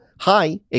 Hi